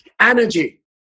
energy